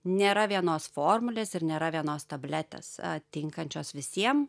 nėra vienos formulės ir nėra vienos tabletės tinkančios visiem